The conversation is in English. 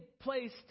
placed